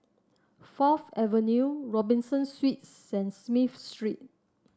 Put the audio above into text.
Fourth Avenue Robinson Suites and Smith Street